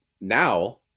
now